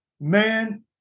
man